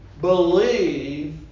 believe